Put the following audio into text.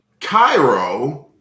Cairo